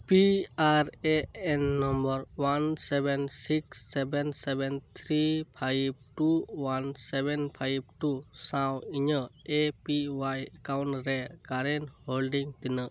P R A N number one seven six seven seven three five two one seven five two ᱥᱟᱶ ᱤᱧᱟᱹᱜ A P Y account ᱨᱮ ᱠᱟᱨᱮᱱ holding ᱛᱤᱱᱟᱹᱜ